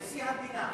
נשיא המדינה.